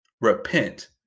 Repent